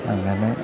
അങ്ങനെ